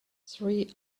three